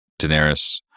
Daenerys